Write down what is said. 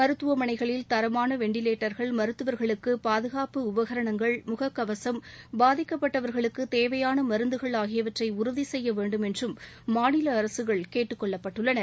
மருத்துவமனைகளில் தரமான வென்டிலேட்டர்கள் மருத்துவர்களுக்கு பாதுகாப்பு உபகரணங்கள் முகக்கவசம் பாதிக்கப்பட்டவர்களுக்கு தேவையான மருந்துகள் ஆகியவற்றை உறுதி செய்ய வேண்டும் என்றும் மாநில அரசுகள் கேட்டுக் கொள்ளப்பட்டுள்ளன